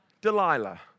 Delilah